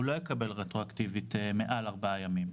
הוא לא יקבל רטרו-אקטיבית מעל ארבעה ימים.